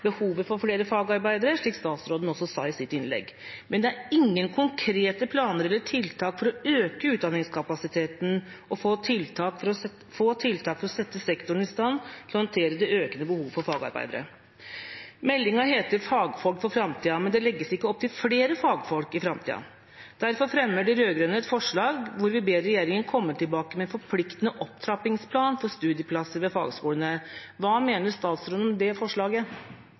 behovet for flere fagarbeidere, slik statsråden også sa i sitt innlegg. Men det er ingen konkrete planer eller tiltak for å øke utdanningskapasiteten og få tiltak for å sette sektoren i stand til å håndtere det økte behovet for fagarbeidere. Meldinga heter Fagfolk for fremtiden, men det legges ikke opp til flere fagfolk i framtida. Derfor fremmer de rød-grønne et forslag hvor vi ber regjeringa komme tilbake med en forpliktende opptrappingsplan for studieplasser ved fagskolene. Hva mener statsråden om det forslaget?